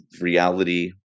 reality